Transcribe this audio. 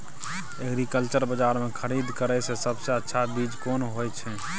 Agriculture बाजार में खरीद करे से सबसे अच्छा चीज कोन होय छै?